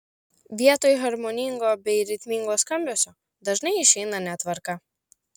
vietoj harmoningo bei ritmingo skambesio dažnai išeina netvarka